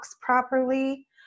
properly